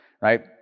right